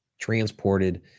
transported